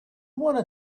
wanna